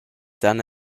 san